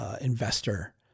investor